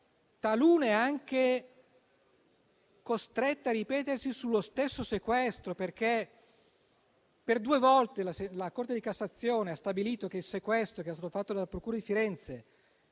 talune anche costrette a farlo sullo stesso sequestro, perché per due volte la Corte di cassazione ha stabilito che il sequestro fatto dalla procura di Firenze